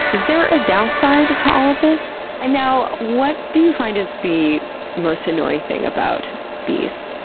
is there a downside to all of this? and now, what do you find is the most annoying thing about bees,